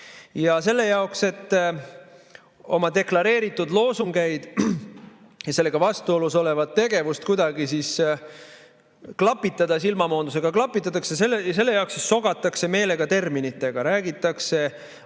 Selle jaoks, et oma deklareeritud loosungeid ja sellega vastuolus olevat tegevust kuidagi klapitada, silmamoondusega klapitada, sogatakse meelega terminitega. Aetakse